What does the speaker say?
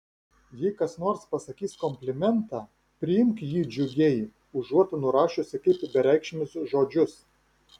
jei kas nors pasakys komplimentą priimk jį džiugiai užuot nurašiusi kaip bereikšmius žodžius